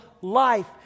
life